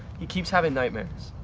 he keeps having nightmares.